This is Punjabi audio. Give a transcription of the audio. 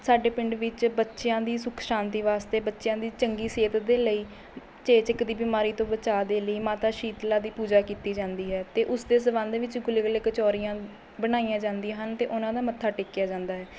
ਸਾਡੇ ਪਿੰਡ ਵਿੱਚ ਬੱਚਿਆਂ ਦੀ ਸੁੱਖ ਸ਼ਾਤੀ ਵਾਸਤੇ ਬੱਚਿਆਂ ਦੀ ਚੰਗੀ ਸਿਹਤ ਦੇ ਲਈ ਚੇਚਕ ਦੀ ਬਿਮਾਰੀ ਤੋਂ ਬਚਾਅ ਦੇ ਲਈ ਮਾਤਾ ਸ਼ੀਤਲਾ ਦੀ ਪੂਜਾ ਕੀਤੀ ਜਾਂਦੀ ਹੈ ਅਤੇ ਉਸਦੇ ਸੰਬੰਧ ਵਿੱਚ ਗੁਲਗੁਲੇ ਕਚੌਰੀਆਂ ਬਣਾਈਆਂ ਜਾਂਦੀਆਂ ਹਨ ਅਤੇ ਉਹਨਾਂ ਦਾ ਮੱਥਾ ਟੇਕਿਆ ਜਾਂਦਾ ਹੈ